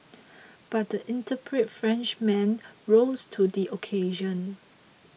but the intrepid Frenchman rose to the occasion